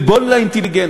עלבון לאינטליגנציה.